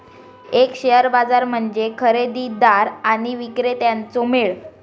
एक शेअर बाजार म्हणजे खरेदीदार आणि विक्रेत्यांचो मेळ